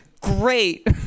Great